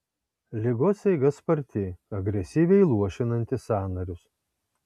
ligos eiga sparti agresyviai luošinanti sąnarius